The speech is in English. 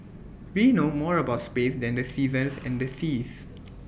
we know more about space than the seasons and the seas